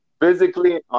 Physically